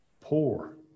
poor